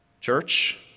Church